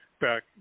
back